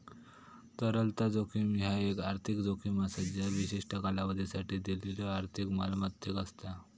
तरलता जोखीम ह्या एक आर्थिक जोखीम असा ज्या विशिष्ट कालावधीसाठी दिलेल्यो आर्थिक मालमत्तेक असता